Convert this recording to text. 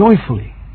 joyfully